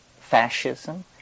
fascism